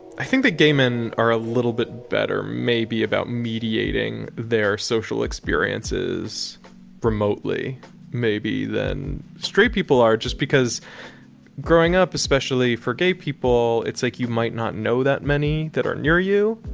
i think that gay men are a little bit better maybe about mediating their social experiences remotely maybe than straight people are just because growing up, especially for gay people, it's like you might not know that many that are near you.